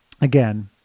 again